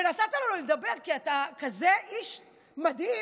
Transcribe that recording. ונתת לו לדבר, כי אתה כזה איש מדהים.